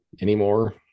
anymore